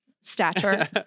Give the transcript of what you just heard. stature